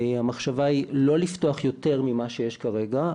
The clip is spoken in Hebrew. המחשבה היא לא לפתוח יותר ממה שיש כרגע,